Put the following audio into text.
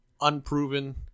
unproven